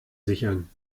sichern